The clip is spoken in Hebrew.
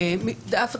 באמצעותך.